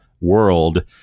world